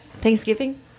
Thanksgiving